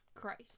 Christ